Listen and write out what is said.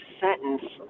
sentence